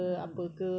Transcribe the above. ah